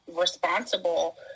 responsible